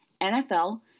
nfl